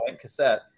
cassette